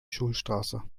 schulstraße